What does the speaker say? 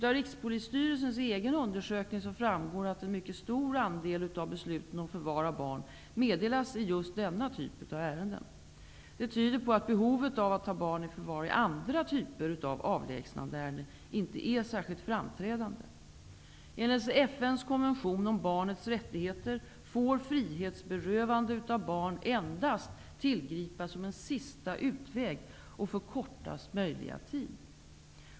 Av Rikspolisstyrelsens egen undersökning framgår att en mycket stor andel av besluten om förvar av barn meddelas i just denna typ av ärenden. Det tyder på att behovet av att ta barn i förvar i andra typer av avlägsnandeärenden inte är särskilt framträdande. Enligt FN:s konvention om barnets rättigheter får frihetsberövande av barn tillgripas endast som en sista utväg och för kortast möjliga tid.